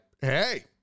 Hey